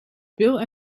pil